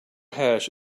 hash